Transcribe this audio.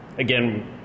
Again